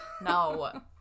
No